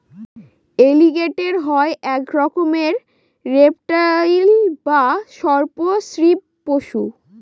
এলিগেটের হয় এক রকমের রেপ্টাইল বা সর্প শ্রীপ পশু